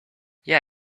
yeah